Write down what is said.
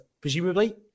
presumably